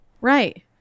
Right